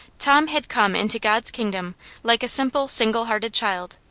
tom had come into god's kingdom like a simple, single-hearted child.